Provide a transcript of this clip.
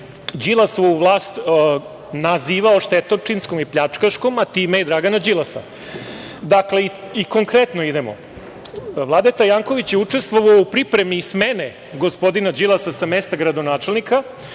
Đilasovu vlast nazivao štetočinskom i pljačkaškom, a time i Dragana Đilasa. Konkretno idemo. Vladeta Janković je učestvovao u pripremi smene gospodina Đilasa sa mesta gradonačelnika